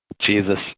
Jesus